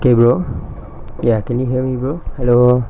gabriel ya can you hear me brother hello